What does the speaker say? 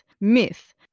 Myth